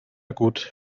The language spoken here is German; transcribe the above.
gut